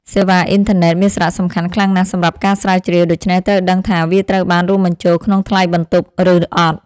សេវាអ៊ីនធឺណិតមានសារៈសំខាន់ខ្លាំងណាស់សម្រាប់ការស្រាវជ្រាវ ដូច្នេះត្រូវដឹងថាវាត្រូវបានរួមបញ្ចូលក្នុងថ្លៃបន្ទប់ឬអត់។